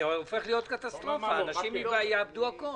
זה הופך להיות קטסטרופה, אנשים יאבדו הכול.